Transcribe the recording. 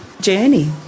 journey